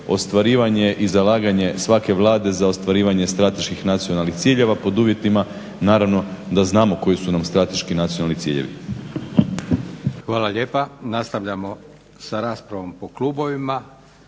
ostvarivanje i zalaganje svake Vlade za ostvarivanje strateških nacionalnih ciljeva pod uvjetima naravno da znamo koji su nam strateški nacionalni ciljevi. **Leko, Josip (SDP)** Hvala lijepa. Nastavljamo sa raspravom po klubovima.